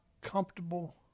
comfortable